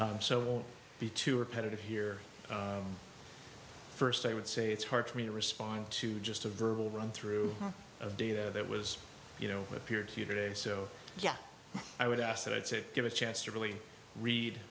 jeff so don't be too repetitive here first i would say it's hard for me to respond to just a verbal run through of data that was you know appeared today so yeah i would ask that i'd say give a chance to really read